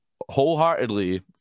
wholeheartedly